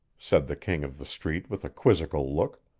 said the king of the street with a quizzical look.